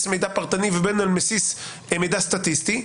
מידע פרטני ובין אם על בסיס מידע סטטיסטי.